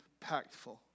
impactful